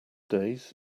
days